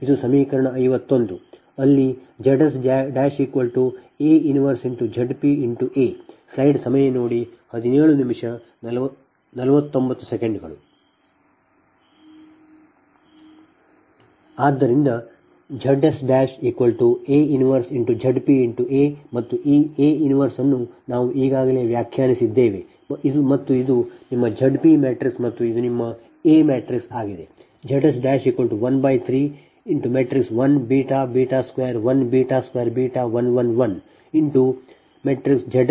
ಆದ್ದರಿಂದ ZsA 1ZpA ಮತ್ತು ಈ A 1 ಅನ್ನು ನಾವು ಈಗಾಗಲೇ ವ್ಯಾಖ್ಯಾನಿಸಿದ್ದೇವೆ ಮತ್ತು ಇದು ನಿಮ್ಮ Z p ಮ್ಯಾಟ್ರಿಕ್ಸ್ ಮತ್ತು ಇದು ನಿಮ್ಮ A ಮ್ಯಾಟ್ರಿಕ್ಸ್ ಆಗಿದೆ